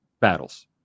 battles